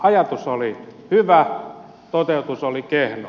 ajatus oli hyvä toteutus oli kehno